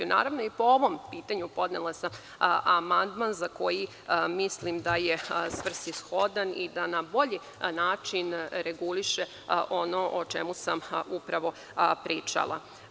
Naravno, i po ovom pitanju podnela sam amandman za koji mislim da je svrsishodan i da na bolji način reguliše ono o čemu sam upravo pričala.